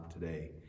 today